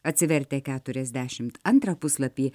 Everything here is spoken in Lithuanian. atsivertę keturiasdešimt antrą puslapį